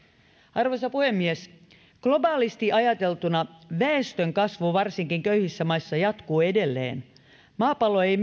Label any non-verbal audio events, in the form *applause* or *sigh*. arvoisa puhemies globaalisti ajateltuna väestönkasvu varsinkin köyhissä maissa jatkuu edelleen maapallo ei *unintelligible*